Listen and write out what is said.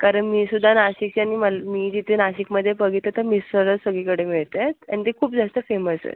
कारण मी सुद्धा नाशिकची मी मल मी जिथे नाशिकमध्ये बघितलं तर मिसळच सगळीकडे मिळते आणि ती खूप जास्त फेमस आहे